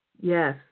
Yes